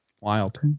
wild